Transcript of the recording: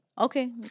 okay